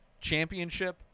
championship